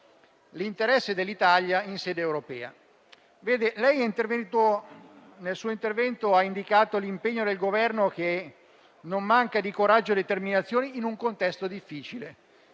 l'interesse dell'Italia in sede europea. Nel suo intervento ha espresso che l'impegno del Governo non manca di coraggio e determinazione in un contesto difficile.